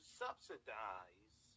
subsidize